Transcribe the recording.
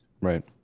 right